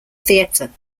theatre